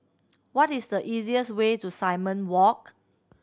what is the easiest way to Simon Walk